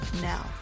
now